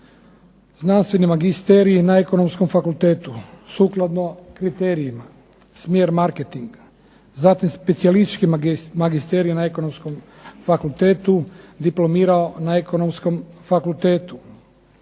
znanstveni magisterij na Ekonomskom fakultetu sukladno kriterijima, smjer marketing, zatim specijalistički magisterij na Ekonomskom fakultetu, diplomirao na Ekonomskom fakultetu.